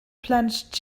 plunge